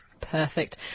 Perfect